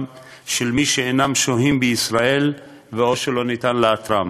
של מי שאינם שוהים בישראל או שלא ניתן לאתרם.